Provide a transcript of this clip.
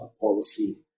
policy